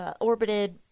orbited